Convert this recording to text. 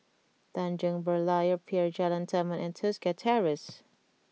Tanjong Berlayer Pier Jalan Taman and Tosca Terrace